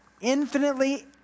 infinitely